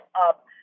up